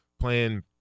playing